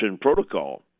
protocol